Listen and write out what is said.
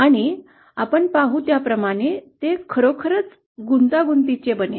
आणि आपण पाहू त्याप्रमाणे ते खरोखरच गुंतागुंतीचे बनेल